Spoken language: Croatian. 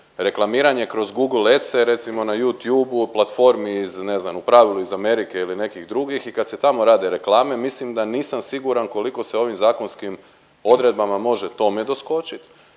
se ne razumije./… recimo na Youtubeu, platformi iz ne znam u pravilu iz Amerike ili nekih drugih. I kad se tamo rade reklame mislim da nisam siguran koliko se ovim zakonskim odredbama može tome doskočiti.